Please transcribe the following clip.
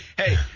hey